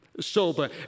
sober